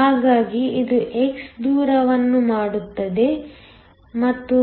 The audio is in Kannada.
ಹಾಗಾಗಿ ಇದು x ದೂರವನ್ನು ಮಾಡುತ್ತದೆ ಎಂದು